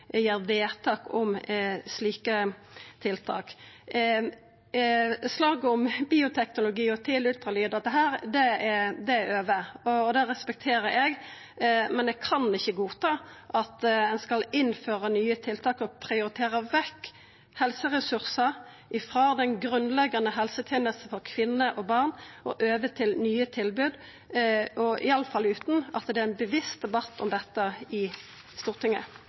gjer vedtak om slike tiltak. Slaget om bioteknologi og tidleg ultralyd og dette her er over, og det respekterer eg, men eg kan ikkje godta at ein skal innføra nye tiltak og prioritera vekk helseressursar ifrå den grunnleggjande helsetenesta for kvinner og barn og over til nye tilbod, iallfall ikkje utan at det er ein bevisst debatt om dette i Stortinget.